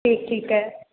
ਠੀਕ ਠੀਕ ਹੈ